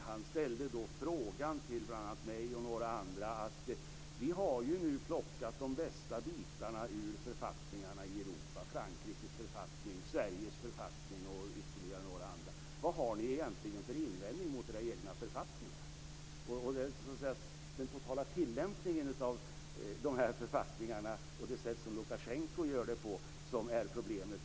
Han ställde då frågan till mig och några andra: Vi har ju nu plockat de bästa bitarna ur författningarna i Europa; Frankrikes författning, Sveriges författning och ytterligare några andra. Vad har ni egentligen för invändning mot era egna författningar? Det är ju den totala tillämpningen av de här författningarna och det sätt som Lukasjenko gör det på som är problemet.